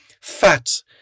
fat